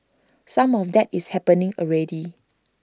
some of that is happening already